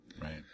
right